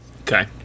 Okay